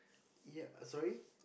ya sorry